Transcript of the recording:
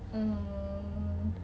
err